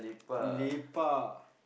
we lepak